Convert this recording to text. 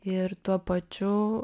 ir tuo pačiu